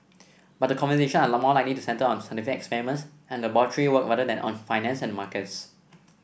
but the conversation are more likely to centre on scientific experiments and laboratory work rather than on finance and markets